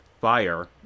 fire